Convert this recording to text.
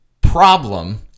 problem